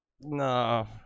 No